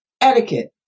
etiquette